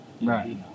Right